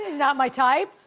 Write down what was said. not my type.